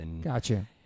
Gotcha